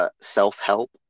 self-help